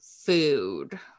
food